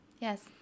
Yes